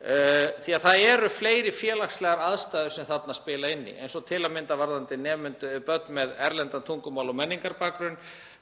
því að það eru fleiri félagslegar aðstæður sem þarna spila inn í eins og til að mynda varðandi börn með erlendan tungumála- og menningarbakgrunn.